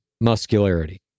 muscularity